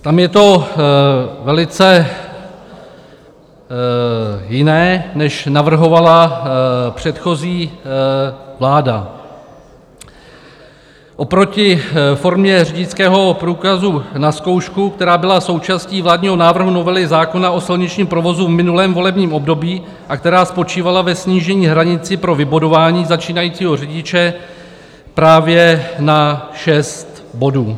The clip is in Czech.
Tam je to velice jiné, než navrhovala předchozí vláda oproti formě řidičského průkazu na zkoušku, která byla součástí vládního návrhu novely zákona o silničním provozu v minulém volebním období a která spočívala ve snížení hranice pro vybudování začínajícího řidiče právě na 6 bodů.